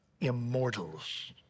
immortals